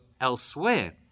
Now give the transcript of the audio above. elsewhere